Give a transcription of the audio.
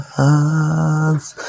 hands